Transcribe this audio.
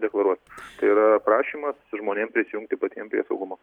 deklaruot tai yra prašymas žmonėm prisijungti patiem prie saugumo